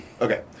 Okay